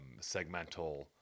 segmental